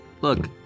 Look